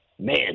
man